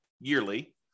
yearly